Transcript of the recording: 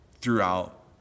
throughout